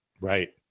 Right